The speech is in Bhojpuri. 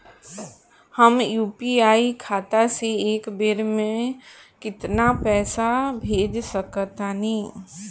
हम यू.पी.आई खाता से एक बेर म केतना पइसा भेज सकऽ तानि?